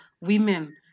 women